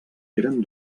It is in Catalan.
eren